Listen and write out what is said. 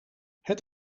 het